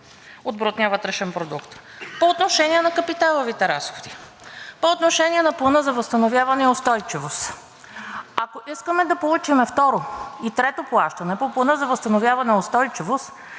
от брутния вътрешен продукт. По отношение на капиталовите разходи по Плана за възстановяване и устойчивост. Ако искаме да получим второ и трето плащане по Плана за възстановяване и устойчивост,